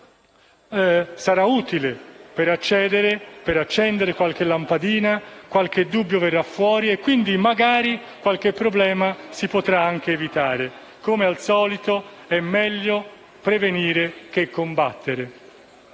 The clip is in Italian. sarà utile per accendere qualche lampadina, far sorgere qualche dubbio e quindi, magari, qualche problema si potrà anche evitare. Come al solito, è meglio prevenire che combattere.